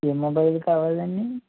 ఏ mobile కావాలండి